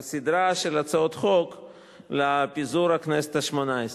על סדרה של הצעות חוק לפיזור הכנסת השמונה-עשרה.